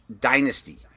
dynasty